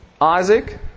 Isaac